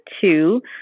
two